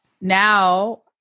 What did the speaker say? now